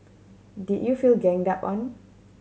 did you feel ganged up on